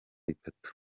bitatu